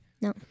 No